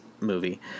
movie